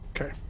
okay